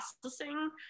processing